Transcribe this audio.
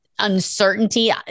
uncertainty